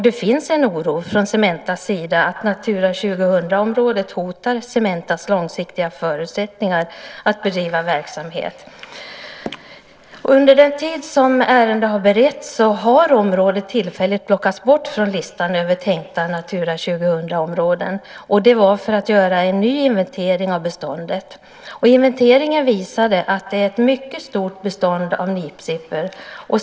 Det finns en oro från Cementas sida att Natura 2000-området hotar Cementas långsiktiga förutsättningar att bedriva verksamhet. Under den tid som ärendet har beretts har området tillfälligt plockats bort från listan över tänkta Natura 2000-områden, detta för att göra en ny inventering av beståndet. Inventeringen visade att beståndet av nipsippa är mycket stort.